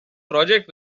project